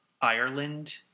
Ireland